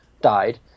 died